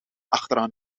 achteraan